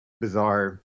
bizarre